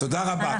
תודה רבה.